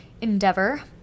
endeavor